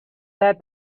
that